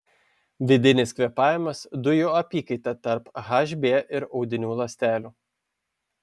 vidinis kvėpavimas dujų apykaita tarp hb ir audinių ląstelių